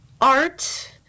art